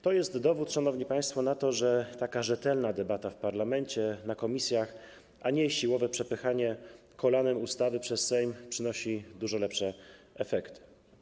To jest dowód, szanowni państwo, na to, że taka rzetelna debata w parlamencie, na posiedzeniach komisji, a nie siłowe przepychanie kolanem ustawy przez Sejm, przynosi dużo lepsze efekty.